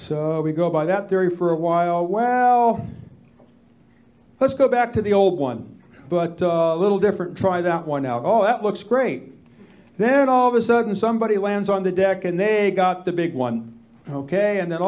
so we go by that theory for a while wow let's go back to the old one but a little different try that one out oh it looks great then all of a sudden somebody lands on the deck and they got the big one ok and then